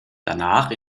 danach